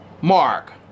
Mark